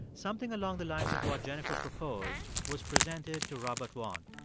something along the lines of what jennifer proposed was presented to robert vaughan.